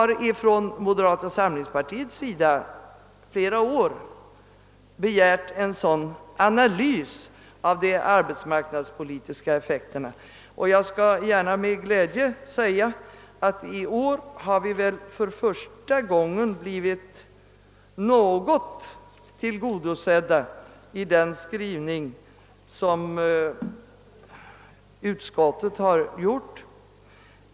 Från moderata samlingspartiet har vi under flera år begärt en sådan analys av de arbetsmarknadspolitiska effekterna. Jag skall gärna med glädje säga att vi i år för första gången blivit något tillgodosedda i den skrivning som utskottet har gjort.